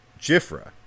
Jifra